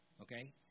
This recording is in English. Okay